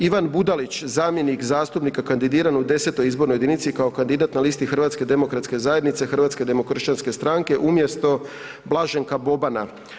Ivan Budalić, zamjenik zastupnika kandidiran u X. izbornoj jedinici kao kandidat na listi Hrvatske demokratske zajednice i Hrvatske demokršćanske stranke umjesto Blaženka Bobana.